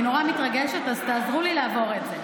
אני נורא מתרגשת, אז תעזרו לי לעבור את זה.